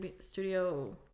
studio